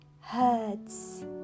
herds